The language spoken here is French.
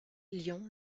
lyon